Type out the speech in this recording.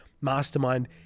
mastermind